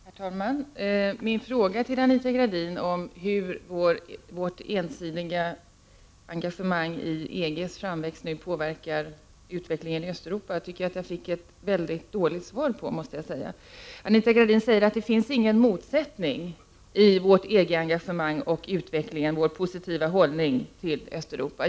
Herr talman! Jag tycker att jag fick ett mycket dåligt svar på min fråga till Anita Gradin om hur vårt ensidiga engagemang i EG:s framväxt nu påverkar utvecklingen i Östeuropa. Anita Gradin säger att det inte finns någon motsättning mellan vårt engagemang och den utvecklingen — vår positiva hållning till Östeuropa.